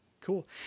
Cool